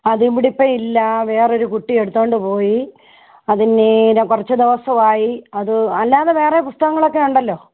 അത് ഇവിടെ ഇപ്പോൾ ഇല്ല വേറെ ഒരു കുട്ടി എടുത്തുകൊണ്ടുപോയി അതിനി കുറച്ച് ദിവസമായി അത് അല്ലാതെ വേറെ പുസ്തകങ്ങളൊക്കെ ഉണ്ടല്ലോ